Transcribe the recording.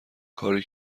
کاری